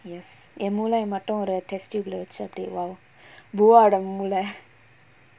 yes என் மூளைய மட்டும் ஒரு:en moolaiya mattum oru test tube lah வெச்சு அப்டியே:vechu apdiyae !wow! buvada மூள:moola